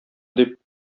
дип